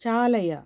चालय